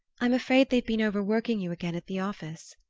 i'm afraid they've been overworking you again at the office.